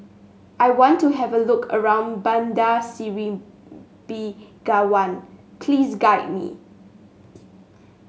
I want to have a look around Bandar Seri Begawan please guide me